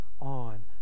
on